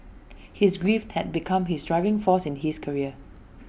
his grief had become his driving force in his career